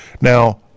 Now